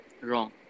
wrong